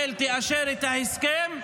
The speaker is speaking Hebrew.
תאשר את ההסכם,